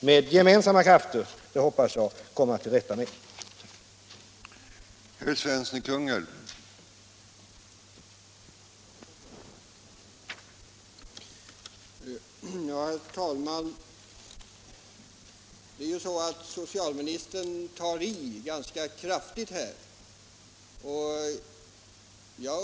Med gemensamma krafter hoppas jag att vi skall komma till rätta med dessa problem.